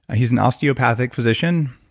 he's an osteopathic physician,